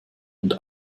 und